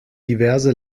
diverse